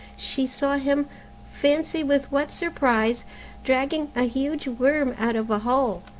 she saw him fancy with what surprise dragging a huge worm out of a hole!